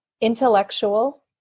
intellectual